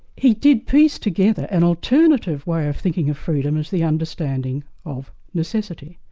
he did piece together an alternative way of thinking of freedom as the understanding of necessity.